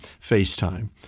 FaceTime